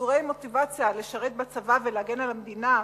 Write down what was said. וחדורי מוטיבציה לשרת בצבא ולהגן על המדינה,